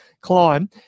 climb